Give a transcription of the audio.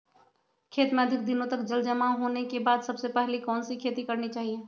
खेत में अधिक दिनों तक जल जमाओ होने के बाद सबसे पहली कौन सी खेती करनी चाहिए?